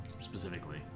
specifically